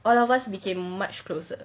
all of us became much closer